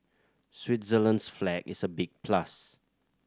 Switzerland's flag is a big plus